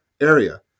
area